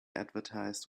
advertised